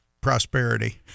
prosperity